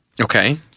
Okay